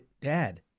dad